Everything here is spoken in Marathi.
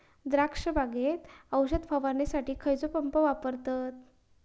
द्राक्ष बागेत औषध फवारणीसाठी खैयचो पंप वापरतत?